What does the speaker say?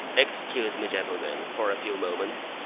excuse me, gentlemen, for a few moments.